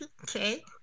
Okay